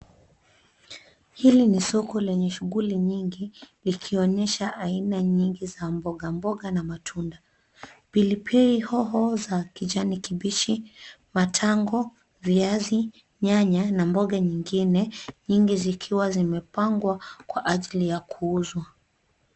Hili ni soko lenye shughuli nyingi ikionyesha aina nyingi za mbogamboga na matunda. Pilipilihoho za kijani kibichi , matango, viazi, nyanya, na mboga nyingine nyingi zikiwa zimepangwa kwa ajili ya kuuzwa.